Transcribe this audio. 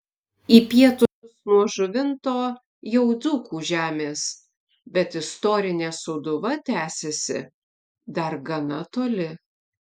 į pietus nuo žuvinto jau dzūkų žemės bet istorinė sūduva tęsiasi dar gana toli